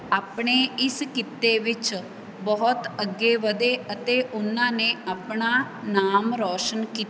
ਆਪਣੇ ਇਸ ਕਿੱਤੇ ਵਿੱਚ ਬਹੁਤ ਅੱਗੇ ਵਧੇ ਅਤੇ ਉਹਨਾਂ ਨੇ ਆਪਣਾ ਨਾਮ ਰੌਸ਼ਨ ਕੀਤਾ